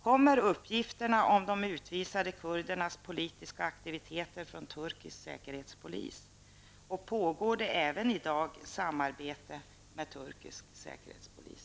Kommer uppgifterna om de utvisade kurdernas politiska aktiviteter från turkisk säkerhetspolis? Pågår det även i dag samarbete med turkisk säkerhetspolis?